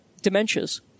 dementias